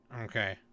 Okay